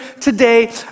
today